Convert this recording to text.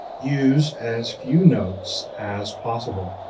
use as few notes as possible.